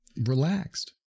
relaxed